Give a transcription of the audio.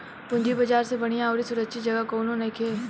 पूंजी बाजार से बढ़िया अउरी सुरक्षित जगह कौनो नइखे